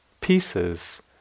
pieces